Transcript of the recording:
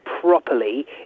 properly